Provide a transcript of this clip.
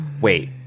Wait